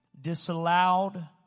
disallowed